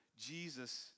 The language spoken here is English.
Jesus